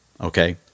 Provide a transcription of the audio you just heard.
okay